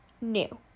New